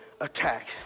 attack